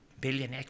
billion